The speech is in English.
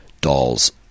Dolls